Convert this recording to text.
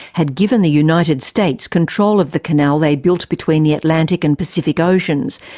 had given the united states control of the canal they built between the atlantic and pacific oceans,